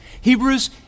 Hebrews